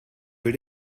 will